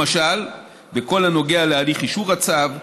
למשל בכל הנוגע להליך אישור הצו,